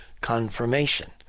confirmation